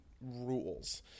rules